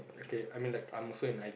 okay I mean like I'm also in like